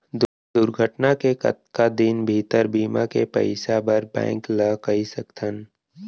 दुर्घटना के कतका दिन भीतर बीमा के पइसा बर बैंक ल कई सकथन?